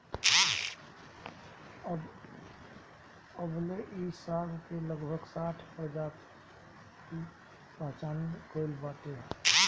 अबले इ साग के लगभग साठगो प्रजाति पहचानल गइल बाटे